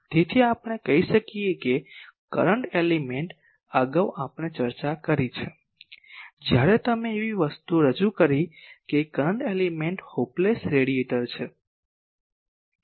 તેથી આપણે કહી શકીએ કે કરંટ એલિમેન્ટ અગાઉ આપણે ચર્ચા કરી છે જ્યારે અમે એવી વસ્તુ રજૂ કરી કે કરંટ એલિમેન્ટ હોપલેસ રેડિયેટર છે